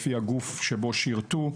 לפי הגוף שבו שירתו.